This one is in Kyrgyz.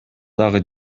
дагы